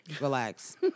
Relax